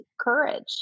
courage